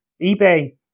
ebay